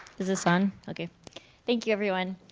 is this on? okay thank you everyone.